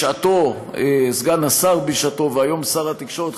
בשעתו סגן השר והיום שר התקשורת,